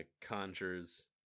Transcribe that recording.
conjures